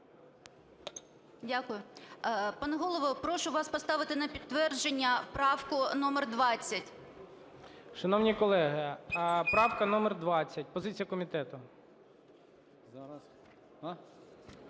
Дякую. Пане Голово, прошу вас поставити на підтвердження правку номер 20. ГОЛОВУЮЧИЙ. Шановні колеги, правка номер 20. Позиція комітету.